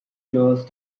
clause